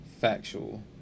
factual